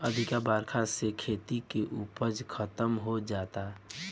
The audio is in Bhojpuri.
अधिका बरखा से खेती के उपज खतम हो जाता